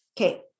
Okay